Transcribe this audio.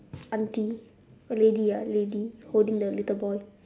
aunty lady ah lady holding the little boy